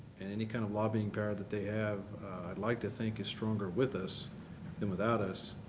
and any kind of lobbying power that they have i'd like to think is stronger with us than without us.